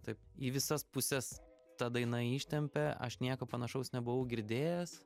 taip į visas puses ta daina ištempė aš nieko panašaus nebuvau girdėjęs